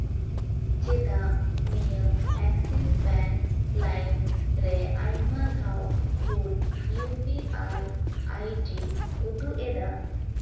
ᱪᱮᱫᱟᱜ ᱱᱤᱭᱟᱹ Axis bank ᱞᱟᱭᱤᱢ ᱨᱮ ᱟᱭᱢᱟ ᱫᱷᱟᱣ ᱵᱷᱩᱞ ᱤᱭᱩ ᱯᱤ ᱟᱭ ᱟᱭᱰᱤ ᱩᱫᱩᱜ ᱮᱫᱟᱭ